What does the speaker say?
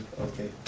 Okay